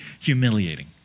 humiliating